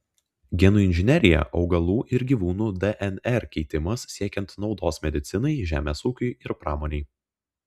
genų inžinerija augalų ir gyvūnų dnr keitimas siekiant naudos medicinai žemės ūkiui ir pramonei